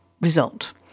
result